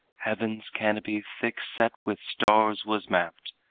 heaven's canopy thick set with stars was mapped,